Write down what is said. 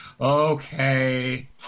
Okay